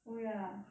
oh ya